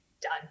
done